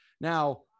now